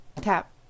tap